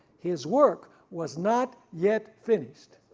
his work was not yet finished.